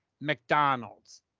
McDonald's